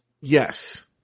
Yes